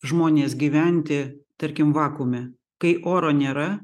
žmonės gyventi tarkim vakuume kai oro nėra